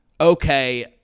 okay